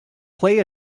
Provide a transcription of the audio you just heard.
play